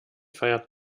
feiert